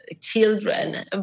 children